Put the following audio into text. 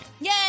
Yay